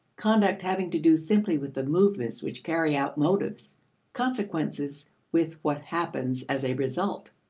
conduct having to do simply with the movements which carry out motives consequences with what happens as a result.